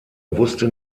wusste